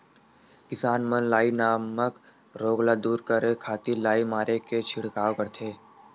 किसान मन लाई नामक रोग ल दूर करे खातिर लाई मारे के छिड़काव करथे